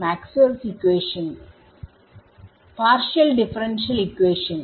Maxwell's equation equation partial differential equation